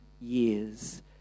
years